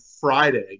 Friday